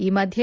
ಈ ಮಧ್ಯೆ